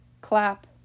clap